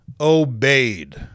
obeyed